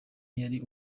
yari